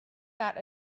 got